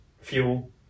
Fuel